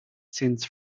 since